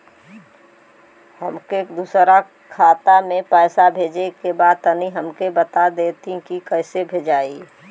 हमके दूसरा खाता में पैसा भेजे के बा तनि हमके बता देती की कइसे भेजाई?